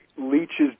leaches